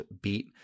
beat